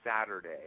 Saturday